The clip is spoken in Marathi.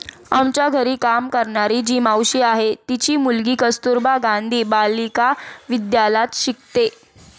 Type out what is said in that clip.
आमच्या घरी काम करणारी जी मावशी आहे, तिची मुलगी कस्तुरबा गांधी बालिका विद्यालयात शिकते